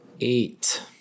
Eight